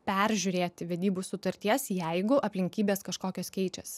peržiūrėti vedybų sutarties jeigu aplinkybės kažkokios keičiasi